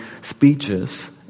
speeches